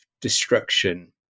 destruction